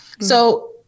So-